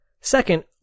Second